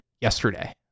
yesterday